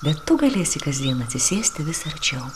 bet tu galėsi kasdien atsisėsti vis arčiau